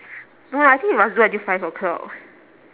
no I think we must do until five o'clock